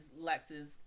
Lex's